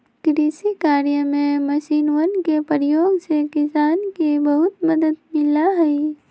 कृषि कार्य में मशीनवन के प्रयोग से किसान के बहुत मदद मिला हई